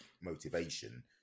motivation